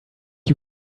you